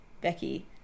Becky